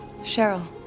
Cheryl